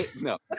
No